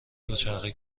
دوچرخه